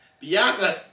Bianca